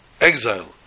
exile